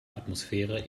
atmosphäre